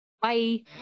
bye